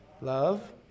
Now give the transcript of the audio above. love